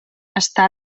està